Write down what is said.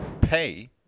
pay